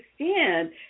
understand